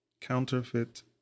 Counterfeit